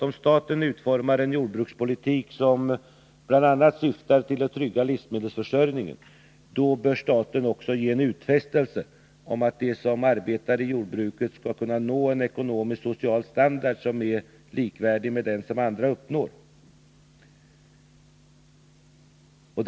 Om staten utformar ett jordbruk som bl.a. syftar till att trygga livsmedelsförsörjningen, så är det för mig en hederssak att staten också ger en utfästelse om att de som arbetar i jordbruket skall kunna nå en ekonomisk och social standard som är likvärdig med den som andra grupper uppnår.